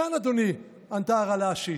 "כאן, אדוני", ענתה הרל"שית.